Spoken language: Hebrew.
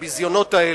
את הביזיונות האלה,